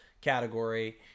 category